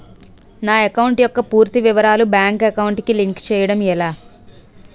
నా అకౌంట్ యెక్క పూర్తి వివరాలు బ్యాంక్ అకౌంట్ కి లింక్ చేయడం ఎలా?